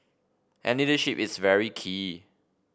and leadership is very key